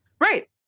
Right